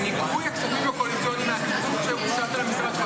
בניכוי הכספים הקואליציוניים מהכסף שמגיע למשרד שלך,